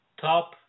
top